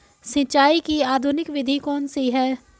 सिंचाई की आधुनिक विधि कौन सी है?